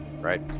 Right